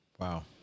Wow